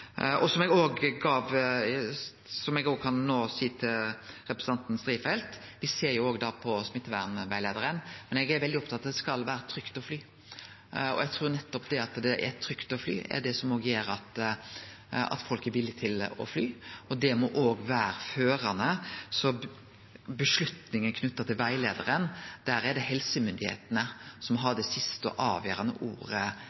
Som eg no òg kan seie til representanten Strifeldt: Me ser òg på smittevernrettleiaren, men eg er veldig opptatt av at det skal vere trygt å fly. Eg trur at det at det er trygt å fly, er det som gjer at folk er villige til å fly. Det må vere førande. Så når det gjeld avgjerda knytt til rettleiaren, er det helsemyndigheitene som har det siste og avgjerande ordet